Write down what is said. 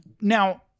Now